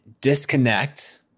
disconnect